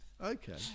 okay